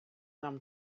нам